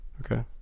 Okay